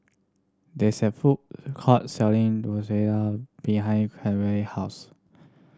there is a food court selling behind Carmel house